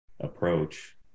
approach